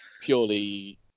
purely